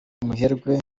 umuherwe